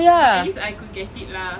but at least I could get it lah